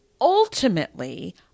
ultimately